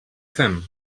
fem